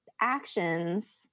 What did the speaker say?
actions